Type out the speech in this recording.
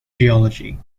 geology